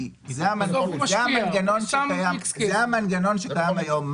זה המנגנון שקיים היום.